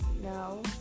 No